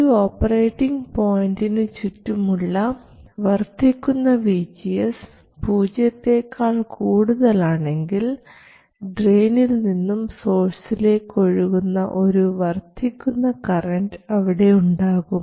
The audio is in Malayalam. ഒരു ഓപ്പറേറ്റിങ് പോയിന്റിന് ചുറ്റുമുള്ള വർദ്ധിക്കുന്ന vgs പൂജ്യത്തെക്കാൾ കൂടുതൽ ആണെങ്കിൽ ഡ്രെയിനിൽ നിന്നും സോഴ്സിലേക്ക് ഒഴുകുന്ന ഒരു വർദ്ധിക്കുന്ന കറൻറ് അവിടെ ഉണ്ടാകും